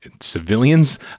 civilians